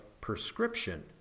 prescription